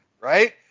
right